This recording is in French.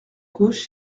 gauche